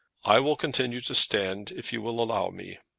i will continue to stand if you will allow me.